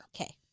Okay